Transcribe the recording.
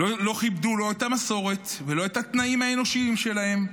כיבדו לא את המסורת ולא את התנאים האנושיים שלהם.